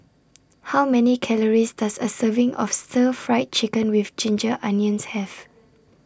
How Many Calories Does A Serving of Stir Fried Chicken with Ginger Onions Have